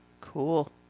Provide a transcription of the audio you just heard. Cool